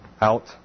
Out